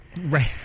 Right